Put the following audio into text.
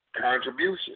contribution